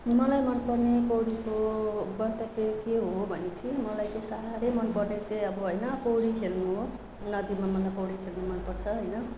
मलाई मनपर्ने पौडीको बतके के हो भने चाहिँ मलाई चाहिँ साह्रै मनपर्ने चाहिँ अब होइन पौडी खेल्नु हो नदीमा मलाई पौडी खेल्नु मनपर्छ होइन